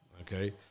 Okay